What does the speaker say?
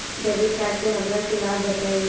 Debit card से हमरा के लाभ बताइए?